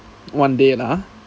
one day lah ah